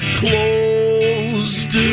closed